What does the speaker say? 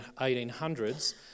1800s